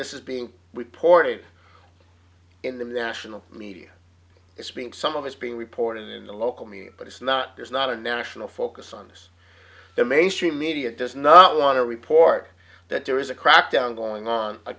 this is being reported in the national media it's been some of it's being reported in the local media but it's not there's not a national focus on this the mainstream media does not want to report that there is a crackdown going on